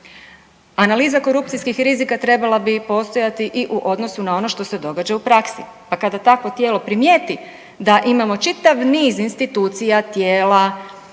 Analiza korupcijskih rizika trebala bi postojati i u odnosu na ono što se događa u praksi. Pa kada takvo tijelo primijeti da imamo čitav niz institucija, tijela,